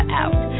out